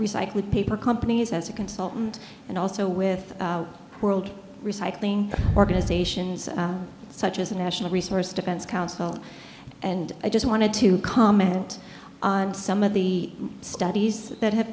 recycling paper companies as a consultant and also with world recycling organizations such as a national resource defense council and i just wanted to comment on some of the studies that ha